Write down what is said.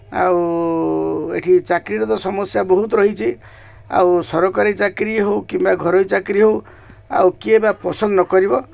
ଆଉ ଏଇଠି ଚାକିରର ତ ସମସ୍ୟା ବହୁତ ରହିଛି ଆଉ ସରକାରୀ ଚାକିରି ହେଉ କିମ୍ବା ଘରୋଇ ଚାକିରି ହେଉ ଆଉ କିଏ ବା ପସନ୍ଦ ନ କରିବ